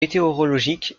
météorologiques